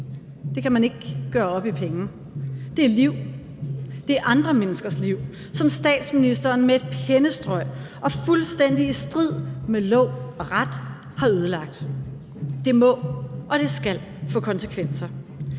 Det kan man ikke gøre op i penge. Det er liv, det er andre menneskers liv, som statsministeren med et pennestrøg og fuldstændig i strid med lov og ret har ødelagt. Det må og skal få konsekvenser.